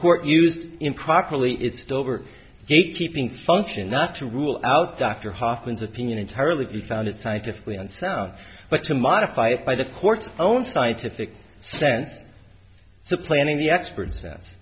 court used improperly it's dover gatekeeping function not to rule out dr hoffman's opinion entirely he found it scientifically unsound but to modify it by the court's own scientific sense so planning the expert